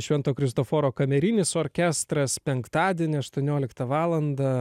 švento kristoforo kamerinis orkestras penktadienį aštuonioliktą valandą